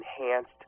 enhanced